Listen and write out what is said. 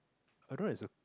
I don't know is a